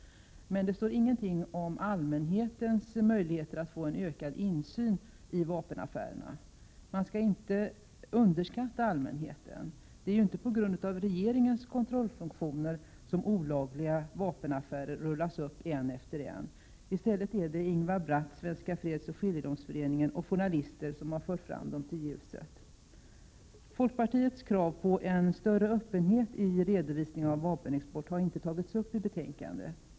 Men det står ingenting om allmänhetens möjligheter att få ökad insyn i vapenaffärerna. Man skall inte underskatta allmänheten. Det är ju inte på grund av regeringens kontrollfunktioner som den ena olagliga vapenaffären efter den andra rullas upp. I stället är det Ingvar Bratt, Svenska fredsoch skiljedomsföreningen och journalister som har dragit fram dem i ljuset. Folkpartiets krav på större öppenhet i redovisningen av vapenexporten har inte tagits upp i betänkandet.